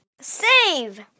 Save